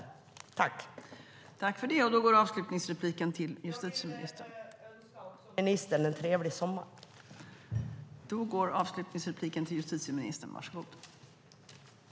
Jag vill också önska ministern en trevlig sommar.